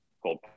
called